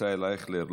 ישראל אייכלר,